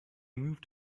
moved